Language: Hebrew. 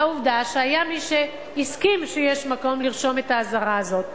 ועובדה היא שהיה מי שהסכים שיש מקום לרשום את האזהרה הזאת.